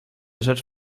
rzecz